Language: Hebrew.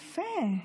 יפה.